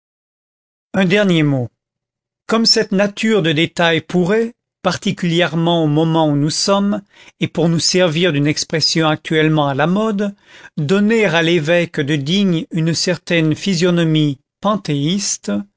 un dernier mot comme cette nature de détails pourrait particulièrement au moment où nous sommes et pour nous servir d'une expression actuellement à la mode donner à l'évêque de digne une certaine physionomie